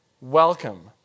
welcome